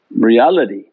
reality